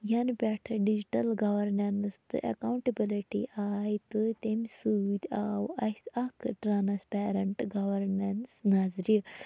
یَنہٕ پٮ۪ٹھٕ digital governance تہٕ اٮ۪کاونٹِبِلِٹی آے تہٕ تمہِ سۭتۍ آو اَسہِ اَکھکھ ٹرٛانسپیرَنٹ گورنَنٕس نَظرِ